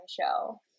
Show